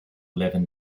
eleven